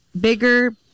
bigger